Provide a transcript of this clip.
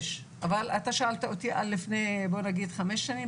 אבל אתה שאלת אותי על לפני חמש שנים,